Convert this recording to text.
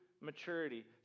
maturity